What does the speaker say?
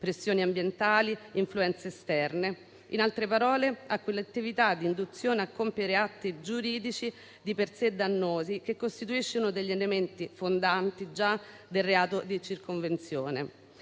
pressioni ambientali, influenze esterne, in altre parole a quell'attività di induzione a compiere atti giuridici di per sé dannosi che costituisce già uno degli elementi fondanti del reato di circonvenzione.